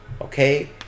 okay